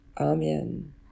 Amen